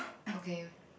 okay